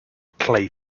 clay